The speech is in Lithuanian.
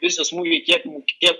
visi smūgiai kiek kiek